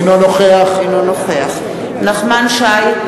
אינו נוכח נחמן שי,